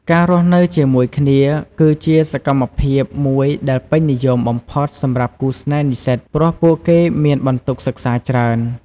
ការរស់នៅជាមួយគ្នា គឺជាសកម្មភាពមួយដែលពេញនិយមបំផុតសម្រាប់គូស្នេហ៍និស្សិត ព្រោះពួកគេមានបន្ទុកសិក្សាច្រើន។